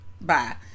Bye